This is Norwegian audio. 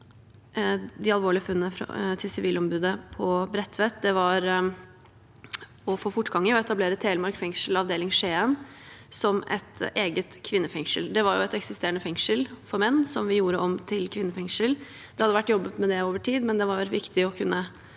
de alvorlige funnene til Sivilombudet på Bredtveit, var å få fortgang i å etablere Telemark fengsel, avdeling Skien, som et eget kvinnefengsel. Det var et eksisterende fengsel for menn som vi gjorde om til kvinnefengsel. Det hadde vært jobbet med det over tid, men det var viktig å kunne